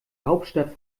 hauptstadt